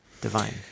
Divine